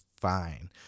fine